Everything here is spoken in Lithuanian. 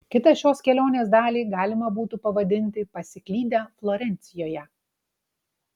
kitą šios kelionės dalį galima būtų pavadinti pasiklydę florencijoje